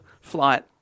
flight